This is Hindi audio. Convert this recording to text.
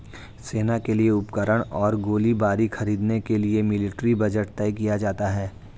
सेना के लिए उपकरण और गोलीबारी खरीदने के लिए मिलिट्री बजट तय किया जाता है